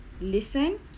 listen